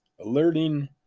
alerting